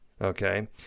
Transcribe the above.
Okay